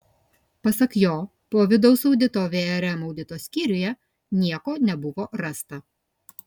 pasak jo po vidaus audito vrm audito skyriuje nieko nebuvo rasta